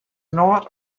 not